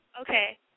Okay